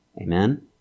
Amen